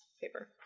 paper